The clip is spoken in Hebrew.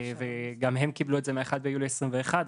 וגם הם קיבלו את זה מה-1 ביולי 2021,